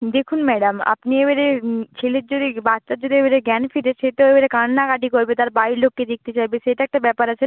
দেখুন ম্যাডাম আপনি এবারে ছেলের যদি বাচ্চার যদি এবারে জ্ঞান ফিরেছে তো এবারে কান্নাকাটি করবে তার বাড়ির লোককে দিকতে চাইবে সেটা একটা ব্যাপার আছে না